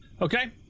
Okay